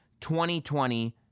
2020